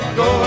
go